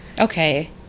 okay